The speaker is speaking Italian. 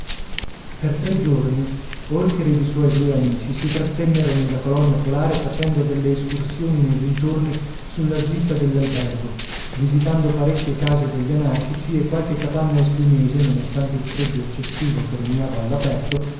per tre giorni holker ed i suoi due amici si trattennero nella colonia polare facendo delle escursioni nei dintorni sulla slitta dell'albergo visitando parecchie case degli anarchici e qualche capanna esquimese nonostante il freddo eccessivo che regnava